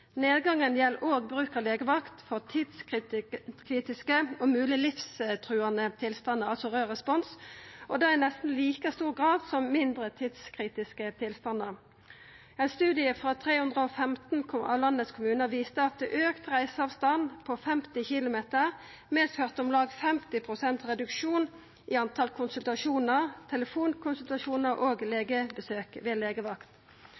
Nedgangen gjeld òg bruken av legevakta for tidskritiske og mogleg livstruande tilstandar – raud respons – i nesten like stor grad som for mindre tidskritiske tilstandar. Ein studie frå 315 av kommunane i landet viste at ein auka reiseavstand på 50 km medførte om lag 50 pst. reduksjon i talet på konsultasjonar, telefonkonsultasjonar og legebesøk ved